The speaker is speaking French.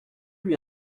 lui